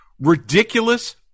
ridiculous